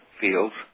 fields